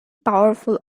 powerful